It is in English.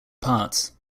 parts